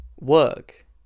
work